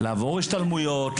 לעבור השתלמויות,